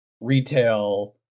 retail